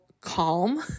calm